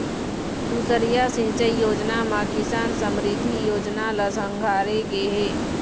दुसरइया सिंचई योजना म किसान समरिद्धि योजना ल संघारे गे हे